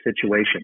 situation